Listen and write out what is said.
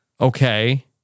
Okay